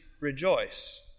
rejoice